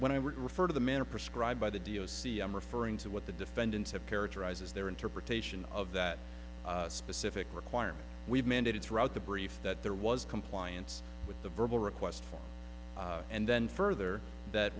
would refer to the manner prescribed by the d o c i'm referring to what the defendants have characterized as their interpretation of that specific requirement we've mandated throughout the brief that there was compliance with the verbal request form and then further that